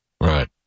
Right